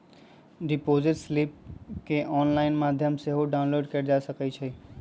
deposit slip केंऑनलाइन माध्यम से सेहो डाउनलोड कएल जा सकइ छइ